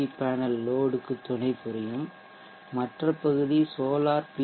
we panel லோட்க்கு துணைபுரியும் மற்ற பகுதி சோலார் பி